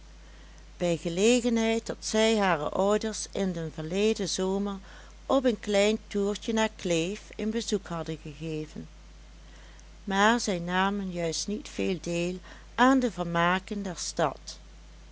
bij gelegenheid dat zij hare ouders in den verleden zomer op een klein toertje naar kleef een bezoek hadden gegeven maar zij namen juist niet veel deel aan de vermaken der stad